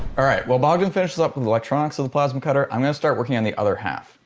alright while bogdan finishes up with electronics of the plasma cutter i'm gonna start working on the other half.